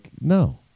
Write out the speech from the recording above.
no